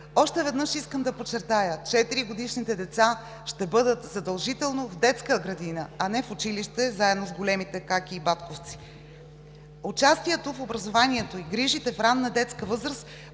Още веднъж искам да подчертая – 4-годишните деца ще бъдат задължително в детска градина, а не в училище заедно с големите каки и батковци. Участието в образованието и грижите в ранна детска възраст